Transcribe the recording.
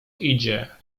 idzie